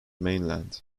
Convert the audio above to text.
mainland